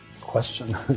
question